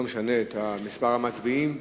זה לא משנה את מספר המצביעים.